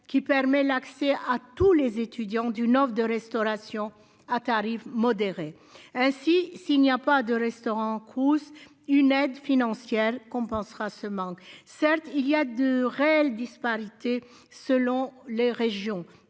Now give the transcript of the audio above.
qui permet l'accès à tous les étudiants du nord de restauration à tarifs modérés ainsi s'il n'y a pas de restaurant Cruz une aide financière. Compensera ce manque certes il y a de réelles disparités selon les régions.